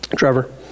Trevor